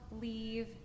leave